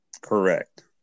correct